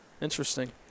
interesting